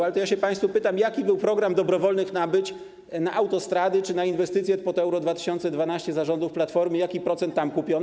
Ale to ja się państwa pytam, jaki był program dobrowolnych nabyć na autostrady czy na inwestycje pod Euro 2012 za rządów Platformy, jaki procent tam kupiono.